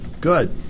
Good